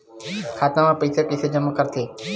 खाता म पईसा कइसे जमा करथे?